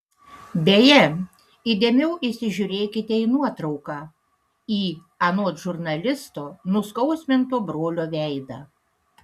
beje įdėmiau įsižiūrėkite į nuotrauką į anot žurnalisto nuskausminto brolio veidą